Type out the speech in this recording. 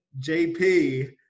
JP